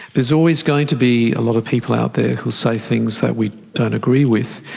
there's always going to be a lot of people out there who'll say things that we don't agree with.